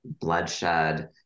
bloodshed